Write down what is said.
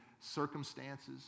circumstances